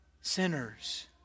sinners